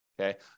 okay